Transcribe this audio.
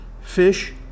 Fish